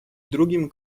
drugim